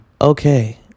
okay